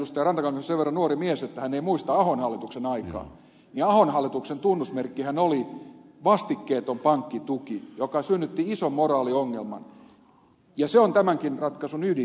rantakangas on sen verran nuori mies hän ei muista ahon hallituksen aikaa että ahon hallituksen tunnusmerkkihän oli vastikkeeton pankkituki joka synnytti ison moraaliongelman ja se on tämänkin ratkaisun ydin